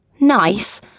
Nice